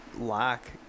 lack